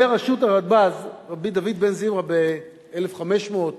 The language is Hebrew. אומר שו"ת הרדב"ז, רבי דוד בן זמרא, סביב 1500,